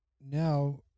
now